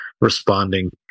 responding